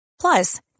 Plus